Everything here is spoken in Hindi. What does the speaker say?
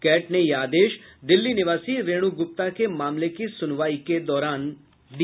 कैट ने यह आदेश दिल्ली निवासी रेणु गुप्ता के मामले की सुनवाई के दौरान दिया